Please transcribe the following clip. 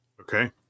Okay